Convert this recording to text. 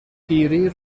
پیری